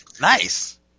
nice